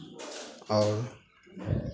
और